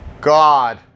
God